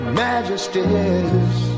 majesties